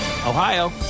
Ohio